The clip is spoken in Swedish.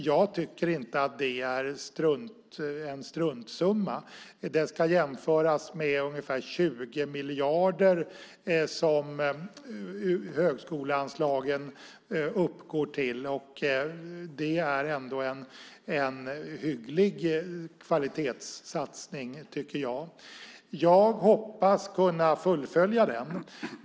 Jag tycker inte att det är en struntsumma. Den ska jämföras med de ungefär 20 miljarder som högskoleanslagen uppgår till. Det är ändå en hygglig kvalitetssatsning, tycker jag. Jag hoppas kunna fullfölja den.